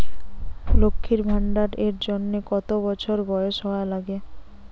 লক্ষী ভান্ডার এর জন্যে কতো বছর বয়স হওয়া লাগে?